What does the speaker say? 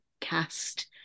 cast